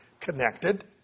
connected